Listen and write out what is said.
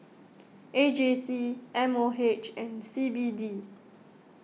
A J C M O H and C B D